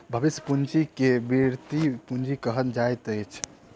भविष्य पूंजी के वृति पूंजी कहल जाइत अछि